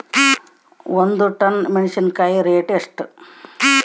ಒಂದು ಟನ್ ಮೆನೆಸಿನಕಾಯಿ ರೇಟ್ ಎಷ್ಟು?